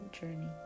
journey